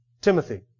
Timothy